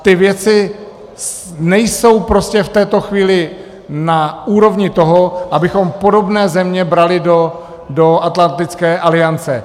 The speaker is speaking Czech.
Ty věci nejsou prostě v této chvíli na úrovni toho, abychom podobné země brali do Atlantické aliance.